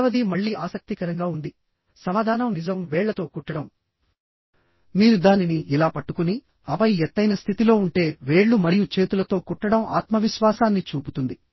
ఏడవది మళ్ళీ ఆసక్తికరంగా ఉంది సమాధానం నిజం వేళ్ళతో కుట్టడం మీరు దానిని ఇలా పట్టుకుని ఆపై ఎత్తైన స్థితిలో ఉంటేవేళ్లు మరియు చేతులతో కుట్టడం ఆత్మవిశ్వాసాన్ని చూపుతుంది